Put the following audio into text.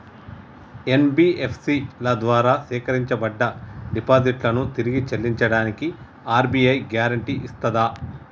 NBFC ల ద్వారా సేకరించబడ్డ డిపాజిట్లను తిరిగి చెల్లించడానికి ఆర్.బి.ఐ గ్యారెంటీ ఇస్తదా?